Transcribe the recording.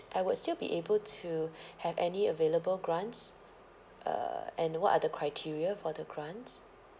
I would still be able to have any available grants uh and what are the criteria for the grants